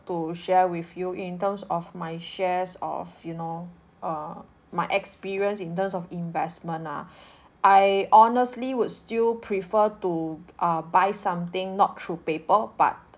to share with you in terms of my shares of you know uh my experience in terms of investment ah I honestly would still prefer to uh buy something not through paper but